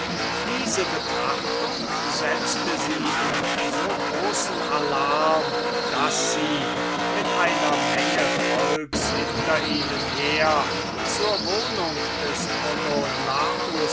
diese betrachtung setzte sie in so großen allarm daß sie mit einer menge volks hinter ihnen her zur wohnung des